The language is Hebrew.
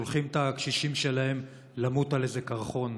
שולחים את הקשישים שלהם למות על איזה קרחון.